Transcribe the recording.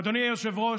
אדוני היושב-ראש,